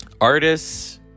Artists